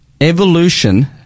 evolution